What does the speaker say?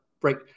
break